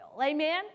Amen